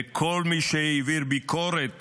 וכל מי שהעביר ביקורת